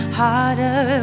harder